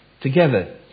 together